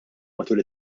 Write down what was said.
matul